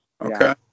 Okay